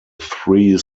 three